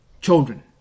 children